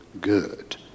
good